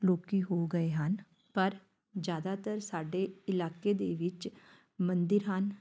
ਲੋਕ ਹੋ ਗਏ ਹਨ ਪਰ ਜ਼ਿਆਦਾਤਰ ਸਾਡੇ ਇਲਾਕੇ ਦੇ ਵਿੱਚ ਮੰਦਰ ਹਨ